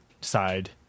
side